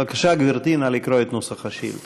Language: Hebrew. בבקשה, גברתי, נא לקרוא את נוסח השאילתה.